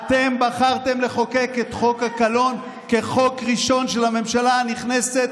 אתם בחרתם לחוקק את חוק הקלון כחוק ראשון של הממשלה הנכנסת,